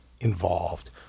involved